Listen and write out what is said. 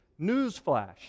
Newsflash